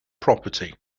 property